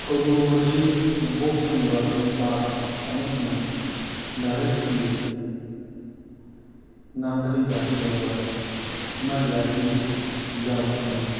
ꯀꯧꯕ꯭ꯔꯨ ꯑꯁꯤ ꯅꯣꯡꯄꯣꯛ ꯊꯪꯕ ꯅꯦꯄꯥꯜ ꯑꯃꯁꯨꯡ ꯚꯥꯔꯠꯀꯤ ꯉꯝꯈꯩꯗ ꯂꯩꯕ ꯍꯤꯃꯥꯂꯌꯥꯒꯤ ꯆꯤꯡꯖꯥꯎ ꯑꯃꯅꯤ